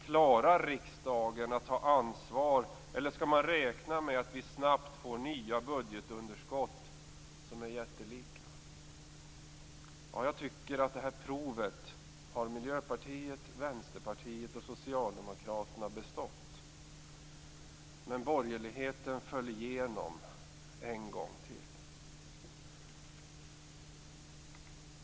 Klarar riksdagen att ta ansvar, eller skall man räkna med att vi snabbt får nya budgetunderskott som är jättelika? Jag tycker att Miljöpartiet, Vänsterpartiet och Socialdemokraterna har bestått detta prov, men borgerligheten föll igenom en gång till.